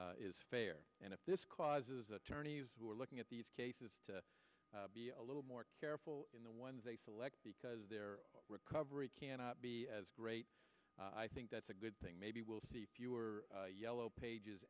is fair and if this causes attorneys who are looking at these cases to be a little more careful in the ones they select because their recovery cannot be as great i think that's a good thing maybe we'll see fewer yellow pages